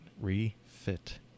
refit